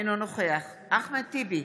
אינו נוכח אחמד טיבי,